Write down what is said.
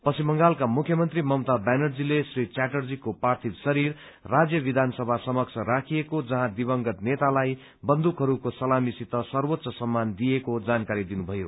पश्चिम बंगालका मुख्यमन्त्री ममता च्याटर्जीले भन्नुभयो श्री च्याटर्जीको पार्थिव शरीर राज्य विधानसभा समक्ष राखिएको छ जहाँ दिवंगत नेतालाई बन्दुकहरूको सलामी सित सर्वोच्च सम्मान दिइयो